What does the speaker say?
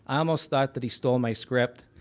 almost thought that he stole my script,